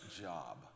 job